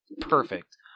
Perfect